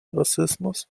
rassismus